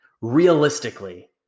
Realistically